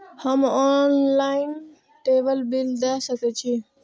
हम ऑनलाईनटेबल बील दे सके छी?